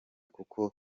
kuko